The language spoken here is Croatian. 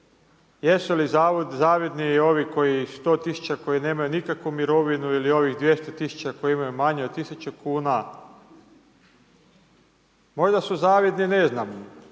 Jesu li zavidni ovi koji 100000 koji nemaju nikakvu mirovinu ili ovih 200000 koji imaju manje od 1000 kn. Možda su zavidni, ne znam,